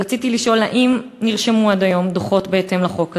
רציתי לשאול: 1. האם נרשמו עד היום דוחות בהתאם לחוק זה?